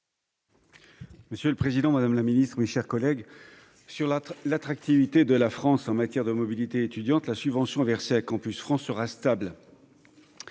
Monsieur le président, madame la ministre, mes chers collègues, s'agissant de l'attractivité de la France en matière de mobilité étudiante, la subvention versée à Campus France sera stable.